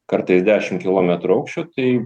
kartais dešim kilometrų aukščio tai